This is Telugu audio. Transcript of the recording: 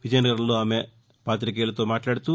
విజయనగరంలో ఆమె పాతికేయులతో మాట్లాదుతూ